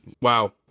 Wow